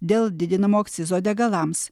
dėl didinamo akcizo degalams